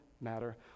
matter